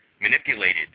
manipulated